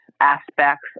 aspects